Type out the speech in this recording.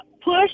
push